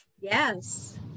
Yes